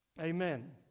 Amen